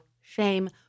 shame